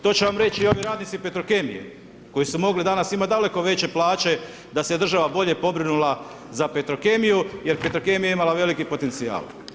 To će vam reći i ovi radnici Petrokemije, koji su mogli danas imati daleko veće plaće da se država bolje pobrinula za Petrokemiju jer Petrokemija je imala veliki potencijal.